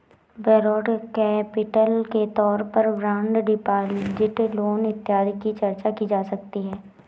borrowed capital के तौर पर बॉन्ड डिपॉजिट लोन इत्यादि की चर्चा की जा सकती है